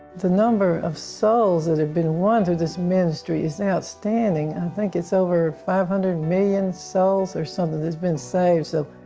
the number of souls that have been won through this ministry is outstanding. i think it's over five hundred million souls or something who's been saved. so,